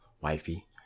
wifey